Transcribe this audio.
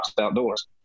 outdoors